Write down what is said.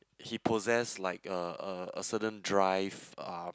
he possess like a a a certain drive um